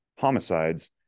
homicides